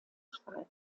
schreiben